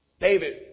David